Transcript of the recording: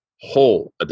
whole